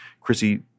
Chrissy